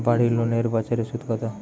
বাড়ি লোনের বছরে সুদ কত?